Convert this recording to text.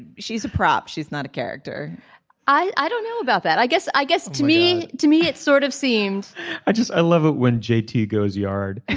she's a prop she's not a character i i don't know about that. i guess i guess to me to me it sort of seems i just i love it when j t. goes yard